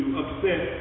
upset